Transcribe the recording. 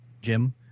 Jim